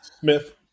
Smith